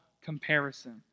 comparison